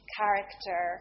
character